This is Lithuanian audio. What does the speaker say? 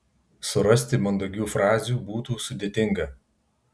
surasti mandagių frazių būtų sudėtinga